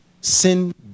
sin